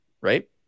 right